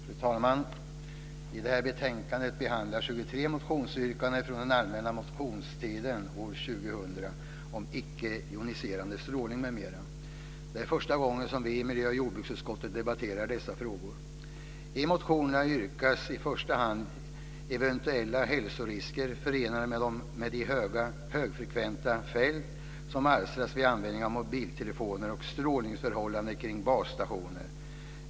Fru talman! I det här betänkandet behandlas 23 2000 om icke joniserande strålning m.m. Det är första gången som vi i miljö och jordbruksutskottet debatterar dessa frågor. I motionerna yrkas i första hand om eventuella hälsorisker förenade med de högfrekventa fält som alstras vid användning av mobiltelefoner och strålningsförhållanden kring basstationer.